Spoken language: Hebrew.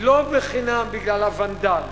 היא לא בחינם בגלל ה"ונדל",